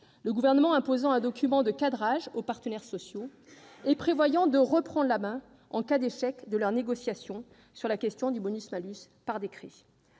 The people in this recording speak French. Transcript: le Gouvernement imposant un document de cadrage aux partenaires sociaux et prévoyant, en cas d'échec de leurs négociations sur la question du bonus-malus, de